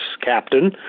captain